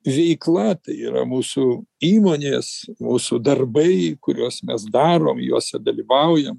veikla tai yra mūsų įmonės mūsų darbai kuriuos mes darom juose dalyvaujam